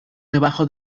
debajo